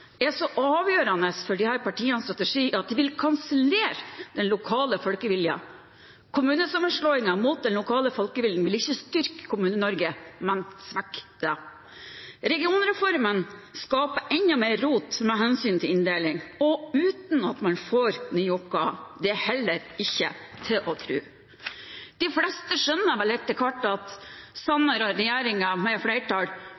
er så avgjørende for disse partienes strategi at de vil kansellere den lokale folkeviljen. Kommunesammenslåing mot den lokale folkeviljen vil ikke styrke Kommune-Norge, men svekke det. Regionreformen skaper enda mer rot med hensyn til inndeling, og uten at man får nye oppgaver. Det er heller ikke til å tro. De fleste skjønner vel etter hvert at statsrådSanner og regjeringen med flertall